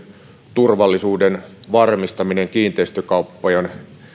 turvallisuuden varmistaminen kiinteistökauppojen